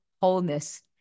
wholeness